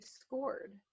scored